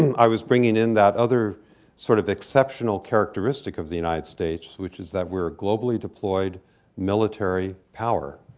i was bringing in that other sort of exceptional characteristic of the united states, which is that we're a globally deployed military power.